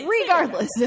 regardless